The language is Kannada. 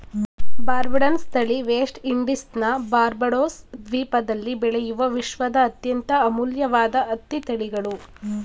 ಬಾರ್ಬಡನ್ಸ್ ತಳಿ ವೆಸ್ಟ್ ಇಂಡೀಸ್ನ ಬಾರ್ಬಡೋಸ್ ದ್ವೀಪದಲ್ಲಿ ಬೆಳೆಯುವ ವಿಶ್ವದ ಅತ್ಯಂತ ಅಮೂಲ್ಯವಾದ ಹತ್ತಿ ತಳಿಗಳು